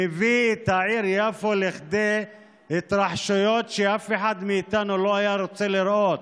מביא את העיר יפו לכדי התרחשויות שאף אחד מאיתנו לא היה רוצה לראות,